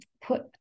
put